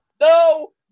No